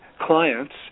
clients